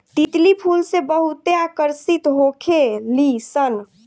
तितली फूल से बहुते आकर्षित होखे लिसन